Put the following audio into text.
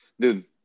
Dude